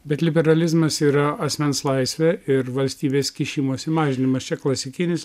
bet liberalizmas yra asmens laisvė ir valstybės kišimosi mažinimas čia klasikinis